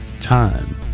time